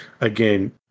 again